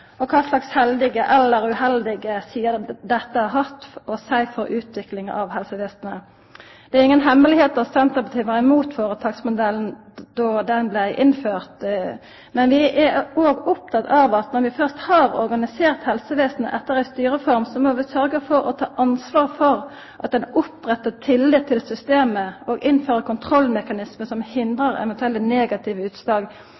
og kva slags heldige eller uheldige sider dette har hatt for utviklinga av helsevesenet. Det er inga hemmelegheit at Senterpartiet var imot føretaksmodellen då han blei innført, men vi er òg opptekne av at når vi først har organisert helsevesenet etter ei styreform, må vi sørgja for å ta ansvar for at ein opprettar tillit til systemet og innfører kontrollmekanismar som hindrar eventuelle negative utslag